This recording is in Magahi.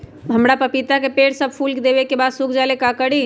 हमरा पतिता के पेड़ सब फुल देबे के बाद सुख जाले का करी?